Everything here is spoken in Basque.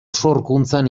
sorkuntzan